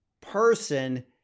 person